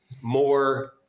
more